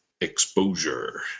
exposure